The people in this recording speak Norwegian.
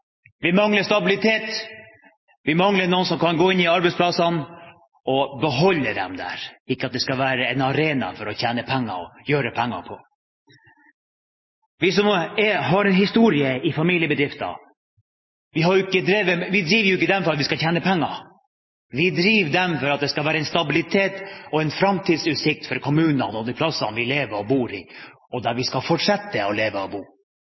Vi mangler stabilitet. Vi mangler noen som kan gå inn i arbeidsplassene – og beholde dem. Det skal ikke være en arena å gjøre penger på. Vi som har en historie i familiebedrifter, vi driver jo ikke dem for å tjene penger. Vi driver dem fordi det skal være en stabilitet og en framtidsutsikt for kommunene og de plassene vi lever og bor, og der vi skal fortsette å leve og bo.